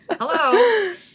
hello